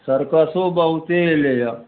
सरकसो बहुते अयलैया